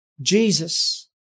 Jesus